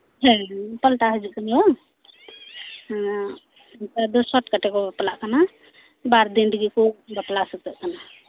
ᱦᱮᱸ ᱦᱮᱸ ᱯᱟᱞᱴᱟᱣ ᱦᱤᱡᱩᱜ ᱠᱟᱱ ᱜᱮᱭᱟ ᱵᱟᱝ ᱦᱮᱸ ᱱᱮᱛᱟᱨ ᱫᱚ ᱥᱚᱴ ᱠᱟᱴᱮ ᱠᱚ ᱵᱟᱯᱞᱟᱜ ᱠᱟᱱᱟ ᱵᱟᱨ ᱫᱤᱱ ᱨᱮᱜᱮ ᱠᱚ ᱵᱟᱯᱞᱟ ᱥᱟᱹᱛᱟᱹᱜ ᱠᱟᱱᱟ